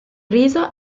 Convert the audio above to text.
riso